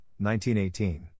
1918